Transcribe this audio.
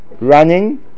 running